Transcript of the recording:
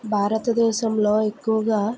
భారతదేశంలో ఎక్కువగా